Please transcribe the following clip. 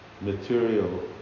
material